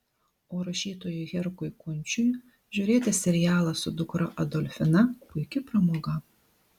o rašytojui herkui kunčiui žiūrėti serialą su dukra adolfina puiki pramoga